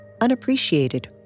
unappreciated